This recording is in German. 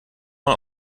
mal